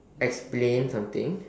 explain something